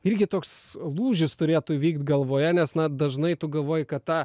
irgi toks lūžis turėtų įvykt galvoje nes na dažnai tu galvoji kad tą